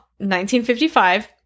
1955